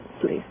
Please